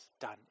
done